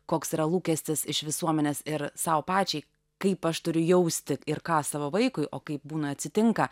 koks yra lūkestis iš visuomenės ir sau pačiai kaip aš turiu jausti ir ką savo vaikui o kaip būna atsitinka